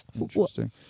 Interesting